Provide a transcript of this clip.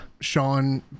Sean